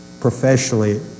professionally